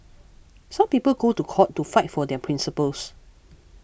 some people go to court to fight for their principles